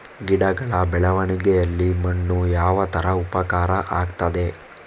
ಗಿಡಗಳ ಬೆಳವಣಿಗೆಯಲ್ಲಿ ಮಣ್ಣು ಯಾವ ತರ ಉಪಕಾರ ಆಗ್ತದೆ?